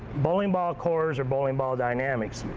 bowling ball cores, or bowling ball dynamics.